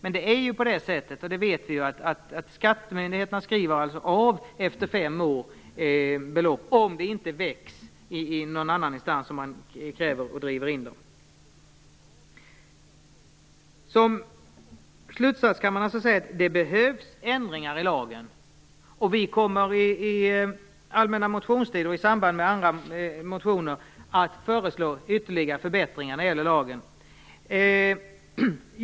Men skattemyndigheterna skriver alltså av beloppet efter fem år, om inte ärendet väcks i någon annan instans så att man driver in dem. Som slutsats kan man alltså säga att det behövs ändringar i lagen. Vi kommer under allmänna motionstiden och i samband med andra motioner att föreslå ytterligare förbättringar när det gäller lagen.